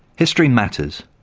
history matters,